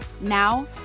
Now